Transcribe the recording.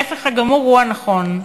ההפך הגמור הוא הנכון.